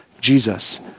Jesus